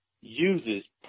uses